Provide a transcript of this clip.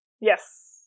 yes